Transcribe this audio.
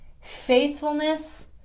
faithfulness